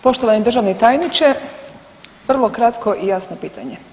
Poštovani državni tajniče, vrlo kratko i jasno pitanje.